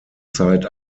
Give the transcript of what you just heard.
zeit